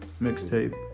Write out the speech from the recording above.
mixtape